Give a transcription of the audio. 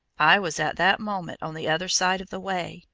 i was at that moment on the other side of the way,